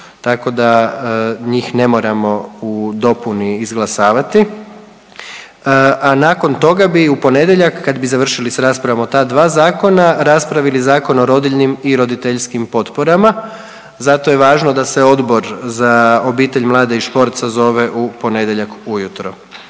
tako da njih ne moramo u dopuni izglasavati, a nakon toga bi u ponedjeljak kad bi završili s raspravom o ta dva zakona raspravili Zakon o rodiljnim i roditeljskim potporama, zato je važno da se Odbor za obitelj, mlade i sport sazove u ponedjeljak ujutro